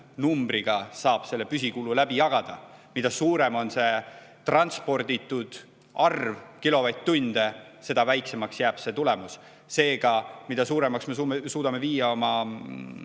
numbriga saab selle püsikulu läbi jagada. Mida suurem on transporditud kilovatt-tundida arv, seda väiksemaks jääb tulemus. Seega, mida suuremaks me suudame viia oma